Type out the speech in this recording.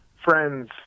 friends